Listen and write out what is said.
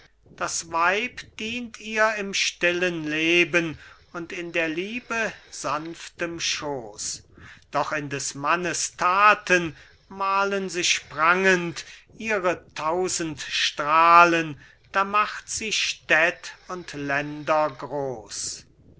das weib dient ihr im stillen leben und in der liebe sanftem schooß doch in des mannes thaten malen sich prangend ihre tausend strahlen da macht sie städt und länder groß